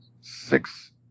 six